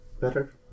Better